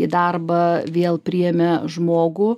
į darbą vėl priėmė žmogų